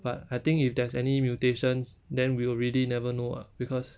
but I think if there's any mutations then we will really never know ah because